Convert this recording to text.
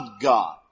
God